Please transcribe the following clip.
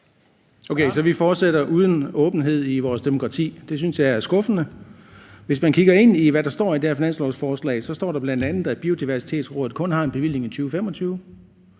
Okay, så vi fortsætter uden åbenhed i vores demokrati. Det synes jeg er skuffende. Hvis man kigger på, hvad der står i det her finanslovsforslag, står der bl.a., at Biodiversitetsrådet kun har en bevilling i 2025.